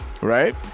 right